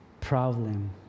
Problem